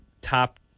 top